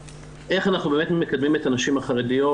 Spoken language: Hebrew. איך אנחנו באמת מקדמים את הנשים החרדיות,